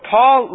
Paul